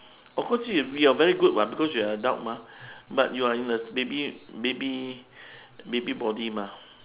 of course you are very good [what] cause we are adult mah but you are in a baby baby baby body mah